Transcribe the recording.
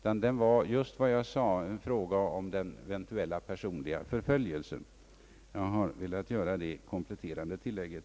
Debatten handlade, som jag sade, om den eventuella personliga förföljelsen. För att inte bli missförstådd på den punkten önskar jag göra det kompletterande tillägget.